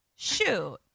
shoot